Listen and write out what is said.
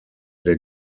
der